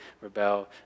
rebel